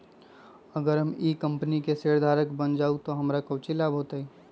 अगर हम ई कंपनी के शेयरधारक बन जाऊ तो हमरा काउची लाभ हो तय?